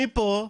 מפה,